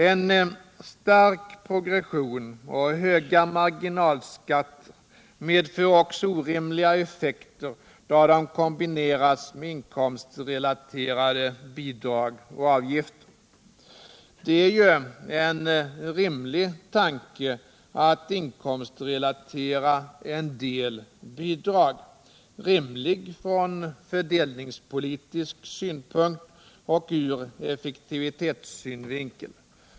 En stark progression och hög marginalskatt medför också orimliga effekter då de kombineras med inkomstrelaterade bidrag och avgifter. Det är ju en rimlig tanke att inkomstrelatera en del bidrag, rimlig från fördelningspolitisk synpunkt och ur effektivitetssynvinkel.